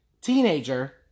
teenager